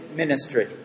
ministry